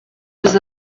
was